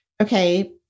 okay